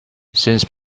since